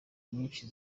nyinshi